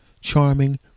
charming